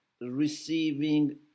receiving